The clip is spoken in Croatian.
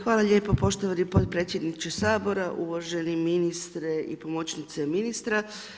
Hvala lijepo poštovani potpredsjedniče Sabora, uvaženi ministre i pomoćnice ministra.